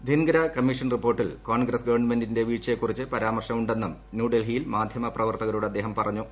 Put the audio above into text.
ധിൻഗ്ര കമ്മീഷൻ റിപ്പോർട്ടിൽ കോൺഗ്രസ് ഗവൺമെന്റിന്റെ വീഴ്ചയെക്കുറിച്ച് പരാമർശം ഉന്നെും ന്യൂഡൽഹിയിൽ മാധ്യമ പ്രവർത്തകരോട് അദ്ദേഹം പറഞ്ഞു